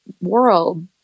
world